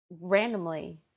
randomly